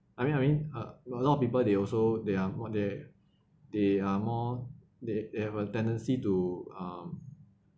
I mean I mean uh lot of people they also they are what they're they are more they they have a tendency to um